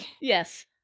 Yes